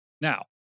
Now